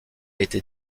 été